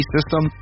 System